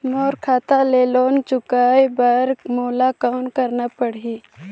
मोर खाता ले लोन चुकाय बर मोला कौन करना पड़ही?